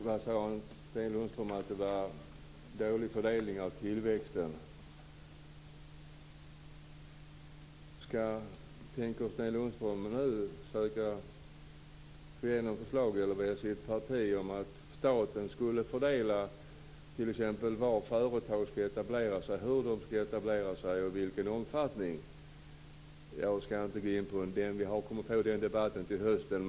Fru talman! Sten Lundström sade att det var dålig fördelning av tillväxten. Tänker Sten Lundström nu via sitt parti försöka få igenom något förslag om att staten skall fördela t.ex. var företag skall etablera sig, hur de skall etablera sig och i vilken omfattning? Jag skall inte gå in på det. Den debatten kommer till hösten.